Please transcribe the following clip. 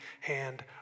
hand